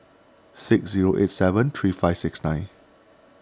six zero eight seven three five six nine